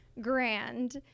grand